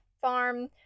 farm